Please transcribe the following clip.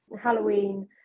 Halloween